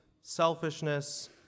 selfishness